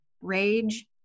Rage